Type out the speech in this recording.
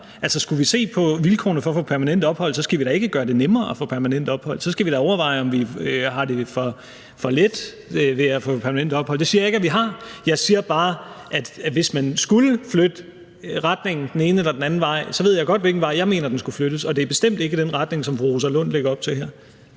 Skal vi se på vilkårene for at få permanent ophold, skal vi da ikke gøre det nemmere at få permanent ophold, men så skal vi da overveje, om vi har det for let i forhold til at få permanent ophold. Det siger jeg ikke at vi har. Jeg siger bare, at hvis man skulle flytte det i den ene eller den anden retning, ved jeg godt, i hvilken retning jeg mener at det skulle flyttes, og det er bestemt ikke i den retning, som fru Rosa Lund lægger op til her.